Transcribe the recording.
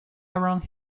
around